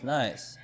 nice